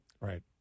Right